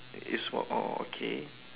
you smoke oh okay